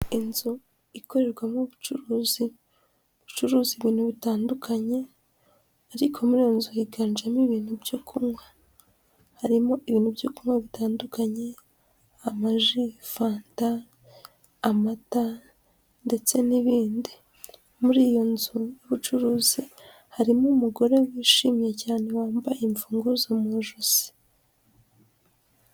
Inzu ikorerwamo ubucuruzi bucuruza ibintu bitandukanye, ariko muri iyo inzu yiganjemo ibintu byo kunywa. Harimo ibintu byo kunywa bitandukanye, amaji, fanta, amata, ndetse n'ibindi. Muri iyo nzu y'ubucuruzi harimo umugore wishimye cyane wambaye imfunguzo mu ijosi.